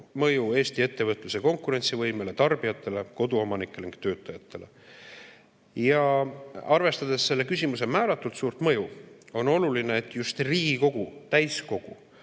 mõju Eesti ettevõtluse konkurentsivõimele, tarbijatele, koduomanikele ja töötajatele. Arvestades selle küsimuse määratu suurt mõju, on oluline, et just Riigikogu täiskogu